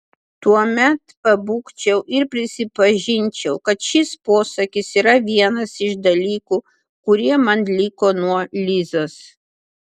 tuomet pabūgčiau ir prisipažinčiau kad šis posakis yra vienas iš dalykų kurie man liko nuo lizos